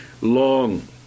long